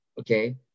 okay